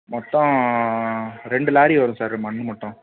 மொத்தம் ரெண்டு லாரி வரும் சார் மண் மட்டும்